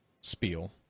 spiel